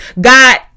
God